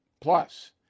Plus